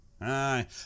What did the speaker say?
Aye